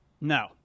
No